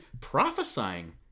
prophesying